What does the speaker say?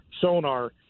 sonar